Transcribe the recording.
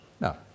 No